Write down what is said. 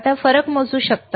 आपण फरक मोजू शकता